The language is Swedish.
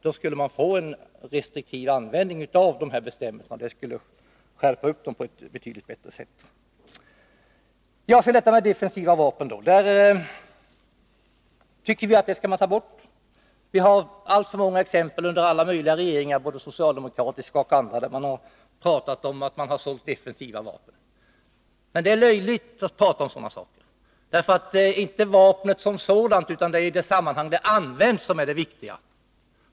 Då skulle man få en restriktiv användning av bestämmelserna för vår vapenexport, och man skulle därigenom skärpa dem betydligt. Vad sedan gäller bestämmelsen om försäljning av defensiva vapen tycker vi att man skall ta bort denna bestämmelse. Under alla möjliga regeringar, både socialdemokratiska och andra, har vi haft alltför många exempel på vapenexport, där man pratat om att man sålt defensiva vapen. Det är löjligt att prata om sådana saker, därför att det är inte vapnet som sådant utan det sammanhang vilket det används som är det viktiga.